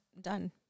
done